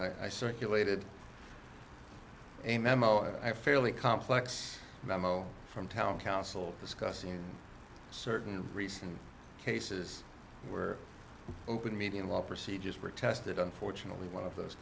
i circulated a memo i fairly complex memo from town council discussing certain recent cases where open media law procedures were tested unfortunately one of those